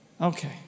Okay